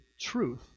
truth